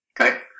Okay